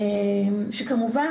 כמובן,